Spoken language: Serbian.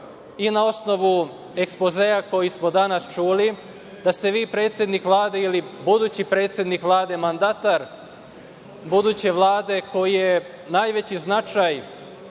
i na osnovu ekspozea koji smo danas čuli, da ste vi predsednik Vlade ili budući predsednik Vlade, mandatar buduće Vlade, koji je najveći značaj